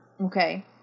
Okay